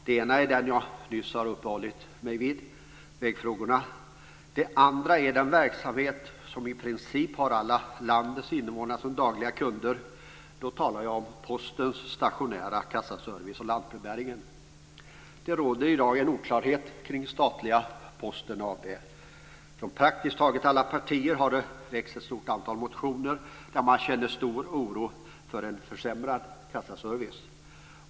Den ena är den som jag nyss har uppehållit mig vid, vägfrågorna. Den andra är den verksamhet som i princip har alla landets invånare som dagliga kunder. Då talar jag om Postens stationära kassaservice och lantbrevbäringen. Det råder i dag en oklarhet kring statliga Posten AB. Från praktiskt taget alla partier har det väckts ett stort antal motioner, där man ger uttryck för en stor oro för en försämrad kassaservice.